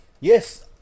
yes